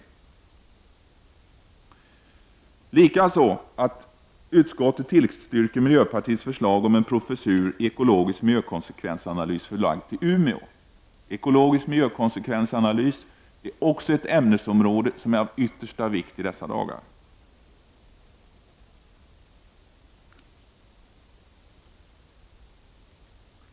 Det är likaså glädjande att utskottet tillstyrkt miljöpartiets förslag om en professur i ekologisk miljökonsekvensanalys förlagd till Umeå. Ekologisk miljökonsekvensanalys är också ett ämnesområde som är av yttersta vikt i dessa dagar.